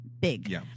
big